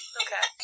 okay